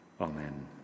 Amen